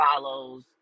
follows